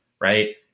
right